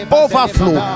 overflow